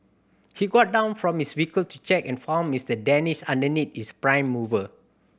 he got down from his vehicle to check and found Mister Danish underneath his prime mover